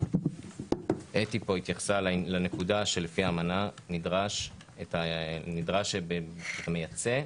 אתי התייחסה לנקודה שלפי האמנה נדרש שאם אתה מייצא,